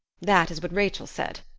that is what rachel said.